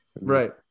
right